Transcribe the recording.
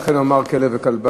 ולכן הוא אמר: כלב וכלבה.